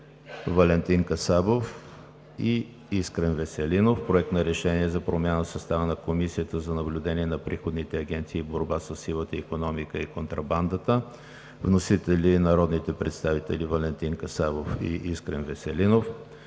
Валентин Касабов и Искрен Веселинов. Проект на решение за промяна в състава на Комисията за наблюдение на приходните агенции и борба със сивата икономика и контрабандата. Вносители са народните представители Валентин Касабов и Искрен Веселинов.